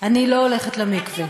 אני לא הולכת למקווה.